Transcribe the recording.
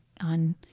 on